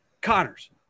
Connors